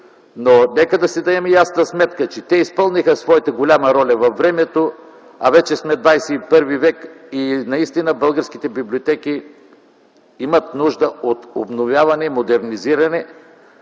но нека да си дадем ясна сметка, че те изпълниха своята голяма роля във времето, а вече сме 21 век и наистина българските библиотеки имат нужда от обновяване, модернизиране